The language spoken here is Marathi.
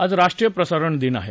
आज राष्ट्रीय प्रसारण दिन आहे